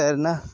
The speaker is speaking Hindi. तैरना